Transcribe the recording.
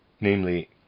Namely